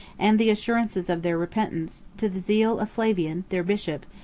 and the assurances of their repentance, to the zeal of flavian, their bishop,